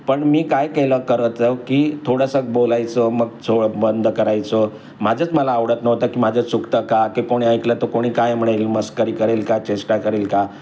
पण मी काय केलं करत की थोडासा बोलायचं मग छो बंद करायचं माझंच मला आवडत नव्हतं की माझं चुकतं का की कोणी ऐकलं तर कोणी काय म्हणेल मस्करी करेल का चेष्टा करेल का